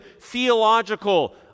theological